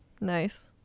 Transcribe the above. Nice